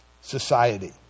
society